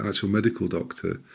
an actual medical doctor,